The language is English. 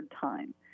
time